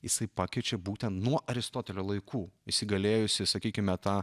jisai pakeičiau būtent nuo aristotelio laikų įsigalėjusį sakykime tą